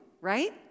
right